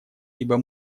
ибо